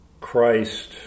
Christ